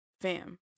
Fam